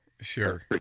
Sure